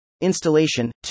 Installation